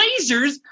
lasers